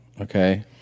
Okay